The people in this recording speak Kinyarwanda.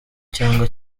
cyangwa